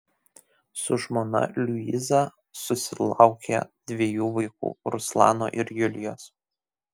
su žmona liuiza susilaukė dviejų vaikų ruslano ir julijos